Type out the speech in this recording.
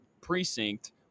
precinct